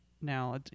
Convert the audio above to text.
now